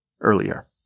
earlier